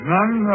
None